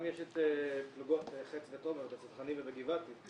גם יש את פלוגות חץ ותומר בצנחנים ובגבעתי,